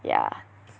yeah